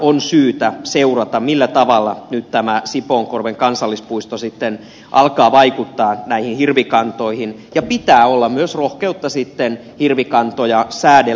on syytä seurata millä tavalla nyt tämä sipoonkorven kansallispuisto sitten alkaa vaikuttaa näihin hirvikantoihin ja pitää olla myös rohkeutta sitten hirvikantoja säädellä